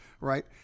Right